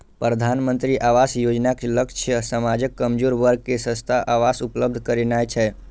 प्रधानमंत्री आवास योजनाक लक्ष्य समाजक कमजोर वर्ग कें सस्ता आवास उपलब्ध करेनाय छै